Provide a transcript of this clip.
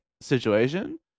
situation